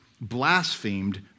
blasphemed